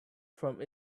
from